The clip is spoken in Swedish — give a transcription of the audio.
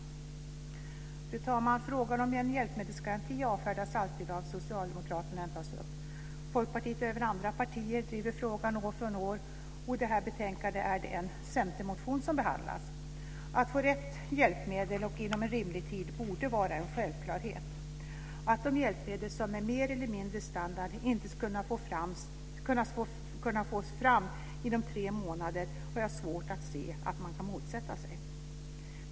Fru talman! Frågan om en hjälpmedelsgaranti avfärdas alltid av socialdemokraterna när den tas upp. Folkpartiet och andra partier driver frågan år från år. I det här betänkandet är det en centermotion som behandlas. Att man ska få rätt hjälpmedel inom rimlig tid borde vara en självklarhet. Att de hjälpmedel som är mer eller mindre standard ska kunna fås fram inom tre månader har jag svårt att se att man kan motsätta sig.